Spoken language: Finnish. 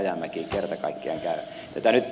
rajamäki kerta kaikkiaan käy